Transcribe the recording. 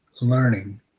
learning